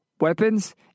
weapons